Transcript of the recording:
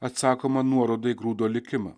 atsakoma nuoroda į grūdo likimą